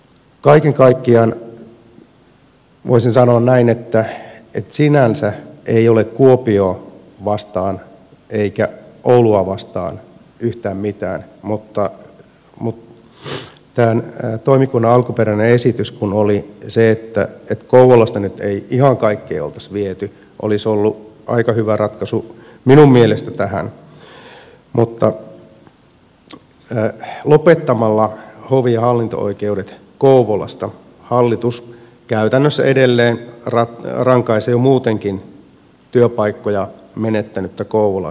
kaiken kaikkiaan voisin sanoa näin että sinänsä ei ole kuopiota vastaan eikä oulua vastaan yhtään mitään mutta kun tämän toimikunnan alkuperäinen esitys oli se että kouvolasta nyt ei ihan kaikkea oltaisi viety se olisi ollut aika hyvä ratkaisu minun mielestäni tähän mutta lopettamalla hovi ja hallinto oikeudet kouvolasta hallitus käytännössä edelleen rankaisee muutenkin työpaikkoja menettänyttä kouvolan seutua